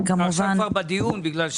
קודם כל, יש חשיבות רבה לדיון הזה,